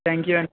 thank you